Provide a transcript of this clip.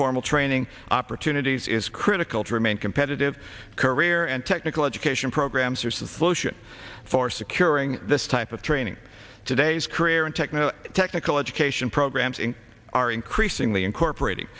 formal training opportunities is critical to remain competitive career and technical education programs or solution for securing this type of training today's career and technical technical education programs are increasingly incorporating